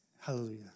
Hallelujah